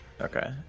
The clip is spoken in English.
Okay